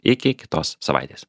iki kitos savaitės